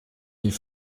die